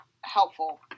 helpful